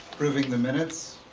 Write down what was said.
approving the minutes?